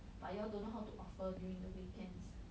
but you all don't know how to offer during the weekends